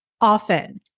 often